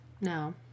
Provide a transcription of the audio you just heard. No